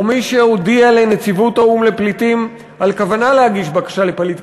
מי שהודיע לנציבות האו"ם לפליטים על כוונה להגיש בקשה לפליט,